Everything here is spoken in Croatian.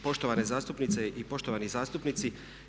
Poštovane zastupnice, poštovani zastupnici.